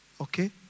Okay